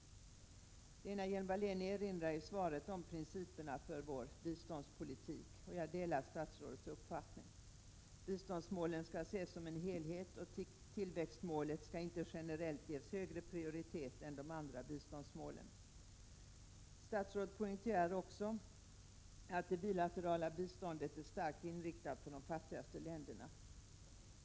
Lena Hjelm-Wallén erinrar i svaret om principerna för vår biståndspolitik, och jag delar statsrådets uppfattning. Biståndsmålen skall ses som en helhet, och tillväxtmålet skall inte generellt ges högre prioritet än de andra biståndsmålen. Statsrådet poängterar också att det bilaterala biståndet är starkt inriktat på de fattigaste länderna.